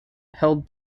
held